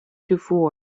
dufour